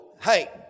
hey